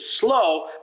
slow